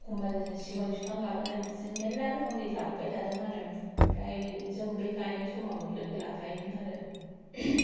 ओखम्बा सिगुन बिफां लाबोनाय बिदिनो मेल्ला रोखोमनि लाबोबाय थादों आरो ओम्फ्राय जों बे गायनाय समावनो लोगो लाफायोमोन आरो